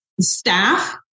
staff